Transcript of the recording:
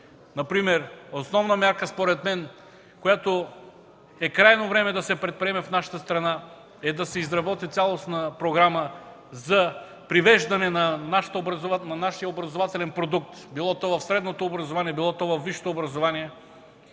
мярка, която, според мен, е крайно време да се предприеме в нашата страна, е да се изработи цялостна програма за привеждане на нашия образователен продукт – било то в средното образование, било то във висшето образование,